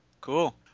Cool